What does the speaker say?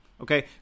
okay